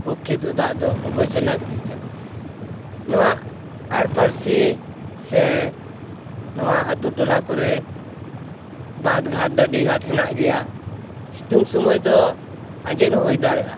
ᱯᱚᱠᱠᱷᱮᱫᱚ ᱫᱟᱜ ᱫᱚ ᱚᱵᱚᱥᱥᱚᱭ ᱞᱟᱹᱠᱛᱤᱜ ᱠᱟᱱᱟ ᱱᱚᱣᱟ ᱟᱲᱯᱟᱹᱨᱥᱤ ᱥᱮ ᱱᱚᱣᱟ ᱟᱹᱛᱩ ᱴᱚᱞᱟ ᱠᱚᱨᱮ ᱵᱟᱸᱫᱽᱜᱷᱟᱴ ᱰᱟᱺᱰᱤ ᱜᱷᱟᱴ ᱦᱮᱱᱟᱜ ᱜᱮᱭᱟ ᱥᱤᱛᱩᱝ ᱥᱚᱢᱚᱭᱫᱚ ᱟᱸᱡᱮᱫ ᱦᱚᱸ ᱦᱩᱭᱫᱟᱲᱮᱭᱟᱜᱼᱟ